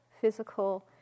physical